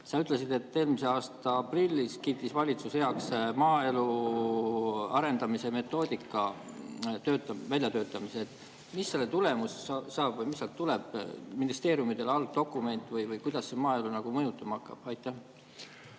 sa ütlesid, et eelmise aasta aprillis kiitis valitsus heaks maaelu arendamise metoodika väljatöötamise. Mis selle tulemus on või mis sealt tuleb, kas ministeeriumidele algdokument, ja kuidas see maaelu mõjutama hakkab? Ma